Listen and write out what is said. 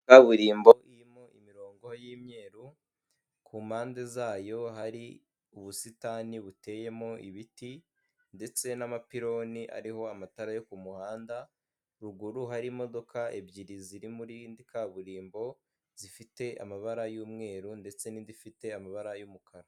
Kaburimbo irimo imirongo y'imyeru, ku mpande zayo hari ubusitani buteyemo ibiti ndetse n'amapironi ariho amatara yo ku muhanda, ruguru imodoka ebyiri ziri muri kaburimbo zifite amabara y'umweru ndetse n'indi ifite amabara y'umukara.